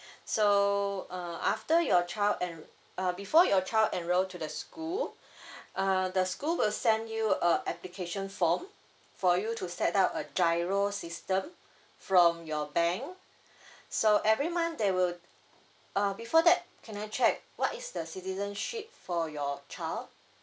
so uh after your child en~ uh before your child enroll to the school uh the school will send you a application form for you to set up a giro system from your bank so every month they will uh before that can I check what is the citizenship for your child